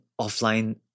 offline